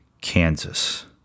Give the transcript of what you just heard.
Kansas